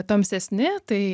tamsesni tai